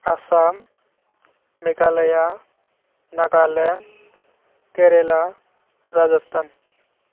Assam Meghalaya Nagaland Kerala Rajasthan